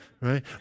right